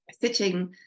sitting